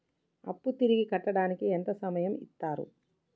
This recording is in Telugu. అప్పు తిరిగి కట్టడానికి ఎంత సమయం ఇత్తరు?